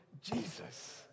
Jesus